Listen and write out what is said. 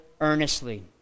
earnestly